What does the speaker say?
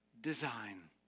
design